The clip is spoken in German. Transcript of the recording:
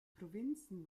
provinzen